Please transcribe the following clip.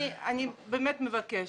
זה גם לא נכון ------ אני באמת מבקשת.